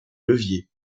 levier